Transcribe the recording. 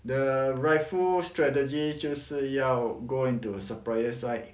the rightful strategy 就是要 go into supplier side